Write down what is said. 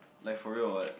like for real or what